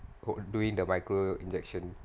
doing the micro injection